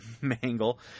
Mangle